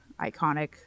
iconic